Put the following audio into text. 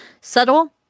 subtle